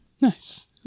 Nice